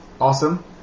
Awesome